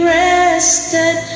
rested